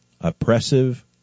oppressive